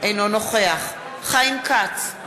אינו נוכח חיים כץ,